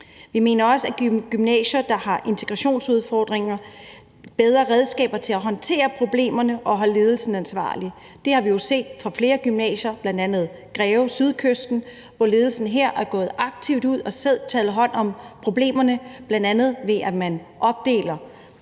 Vi mener også, at gymnasier, der har integrationsudfordringer, skal have bedre redskaber til at håndtere problemerne og holde ledelsen ansvarlig. Det har vi jo set på flere gymnasier, bl.a. Sydkysten Gymnasium, hvor ledelsen er gået aktivt ud og selv har taget hånd om problemerne, bl.a. ved at man har